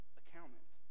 accountant